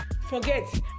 forget